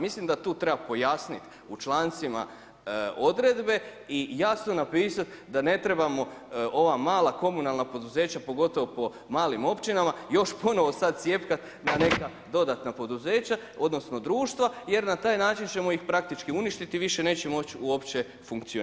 Mislim da tu treba pojasnit u člancima odredbe i jasno napisat da ne trebamo ova mala komunalna poduzeća pogotovo po malim općinama još ponovo sada cjepkat na neka dodatna poduzeća odnosno društva jer na taj način ćemo ih praktički uništiti i više neće moći uopće funkcionirat.